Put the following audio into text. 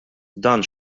dan